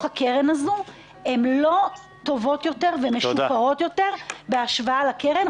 הקרן הזאת לא טובות יותר ומשופרות יותר בהשוואה לקרן.